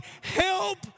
help